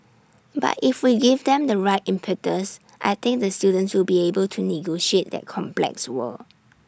but if we give them the right impetus I think the students will be able to negotiate that complex world